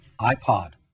iPod